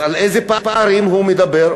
אז על אילו פערים הוא מדבר?